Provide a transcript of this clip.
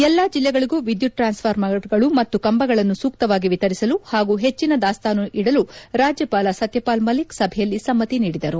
ಎಲ್ಲಾ ಜಿಲ್ಲೆಗಳಿಗೂ ವಿದ್ನುತ್ ಟ್ರಾನ್ಸ್ಫಾರ್ಮರ್ಗಳು ಮತ್ತು ಕಂಬಗಳನ್ನು ಸೂಕ್ತವಾಗಿ ವಿತರಿಸಲು ಹಾಗೂ ಹೆಚ್ಚಿನ ದಾಸ್ತಾನು ಇದಲು ರಾಜ್ಯಪಾಲ ಸತ್ಯಪಾಲ್ ಮಲ್ಲಿಕ್ ಸಭೆಯಲ್ಲಿ ಸಮ್ಮತಿ ನೀಡಿದರು